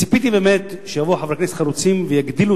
ציפיתי שיבואו חברי כנסת חרוצים ויגדילו